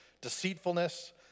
deceitfulness